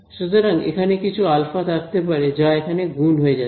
সুতরাং এখানে কিছু আলফা থাকতে পারে যা এখানে গুন হয়ে যাচ্ছে